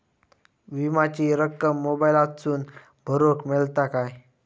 विमाची रक्कम मोबाईलातसून भरुक मेळता काय?